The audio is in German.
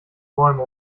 bäume